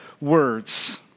words